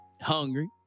hungry